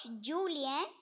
Julian